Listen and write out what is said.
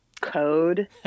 code